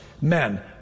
Men